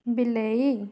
ବିଲେଇ